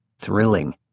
Thrilling